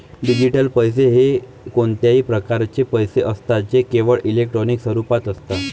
digital पैसे हे कोणत्याही प्रकारचे पैसे असतात जे केवळ इलेक्ट्रॉनिक स्वरूपात असतात